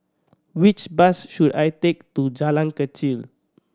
which bus should I take to Jalan Kechil